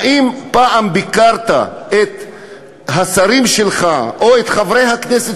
האם פעם ביקרת את השרים שלך או את חברי הכנסת